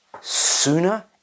sooner